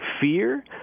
fear